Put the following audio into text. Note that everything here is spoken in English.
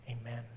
Amen